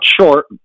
short